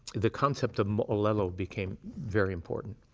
the concept of moolelo became very important.